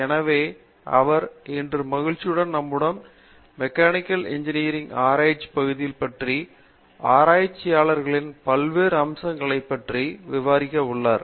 எனவே அவர் இன்று மகிழ்ச்சியுடன் நம்மிடம் மெக்கானிக்கல் இன்ஜினியரிங் ஆராய்ச்சி பகுதிகள் பற்றியும் ஆராய்ச்சியாளர்களின் பல்வேறு அம்சங்களையும் பற்றி விவரிக்க உள்ளார்